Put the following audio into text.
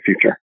future